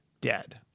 dead